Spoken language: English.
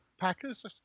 packers